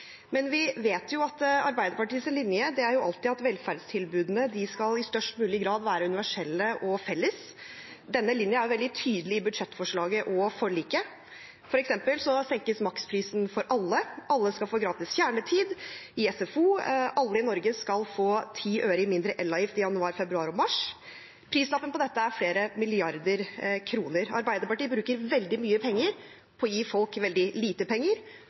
at velferdstilbudene i størst mulig grad skal være universelle og felles. Denne linjen er veldig tydelig i budsjettforslaget og i forliket. For eksempel senkes maksprisen for alle, alle skal få gratis kjernetid i SFO, alle i Norge skal få 10 øre mindre i elavgift i januar, februar og mars. Prislappen på dette er flere milliarder kroner. Arbeiderpartiet bruker veldig mye penger på å gi folk veldig lite penger,